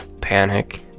panic